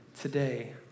today